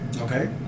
Okay